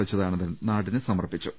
അച്യുതാനന്ദൻ നാടിന് സമർപ്പിച്ചു